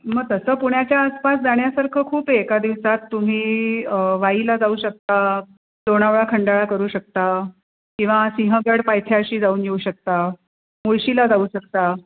मग तसं पुण्याच्या आसपास जाण्यासारखं खूप एका दिवसात तुम्ही वाईला जाऊ शकता लोणावळा खंडाळा करू शकता किंवा सिंहगड पायथ्याशी जाऊन येऊ शकता मुळशीला जाऊ शकता